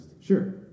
sure